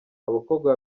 abakobwa